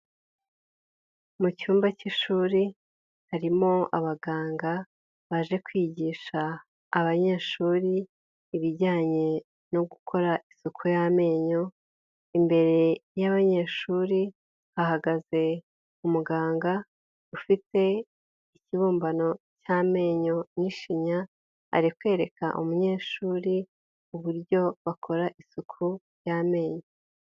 Mu cyumba cy'ishuri harimo abaganga baje kwigisha abanyeshuri ibijyanye no gukora isuku y'amenyo, imbere y'abanyeshuri hahagaze umuganga ufite ikibumbano cy'amenyo n'ishinya, ari kwereka umunyeshuri uburyo bakora isuku y'amenyo.